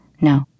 No